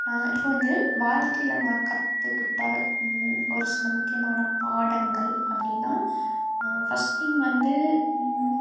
இப்போ வந்து வாழ்க்கையில் நான் கற்றுக்கிட்ட ஒரு சில முக்கியமான பாடங்கள் அப்படின்னா ஃபஸ்ட் திங் வந்து